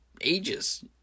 ages